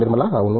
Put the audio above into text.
నిర్మల అవును